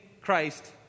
Christ